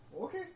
Okay